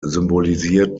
symbolisiert